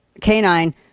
canine